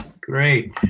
Great